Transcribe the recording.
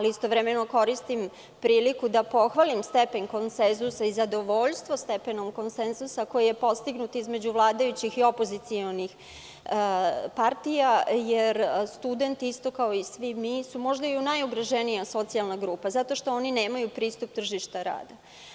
Istovremeno koristim priliku da pohvalim stepen konsenzusa i zadovoljstvo stepenom konsenzusa koji je postignu između vladajućih i opozicionih partija jer studenti isto kao i svi mi su možda i najugroženija socijalna grupa zato što oni nemaju pristup tržištu rada.